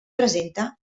presenta